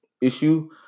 issue